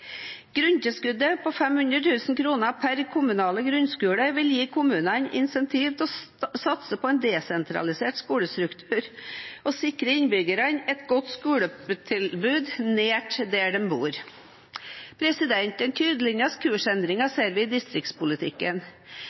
Grunntilskuddet på 500 000 kr per kommunale grunnskole vil gi kommunene insentiver til å satse på en desentralisert skolestruktur og sikre innbyggerne et godt skoletilbud nært der de bor. Den tydeligste kursendringen ser vi i distriktspolitikken.